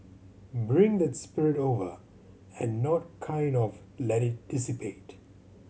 bring that spirit over and not kind of let it dissipate